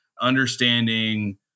understanding